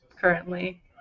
currently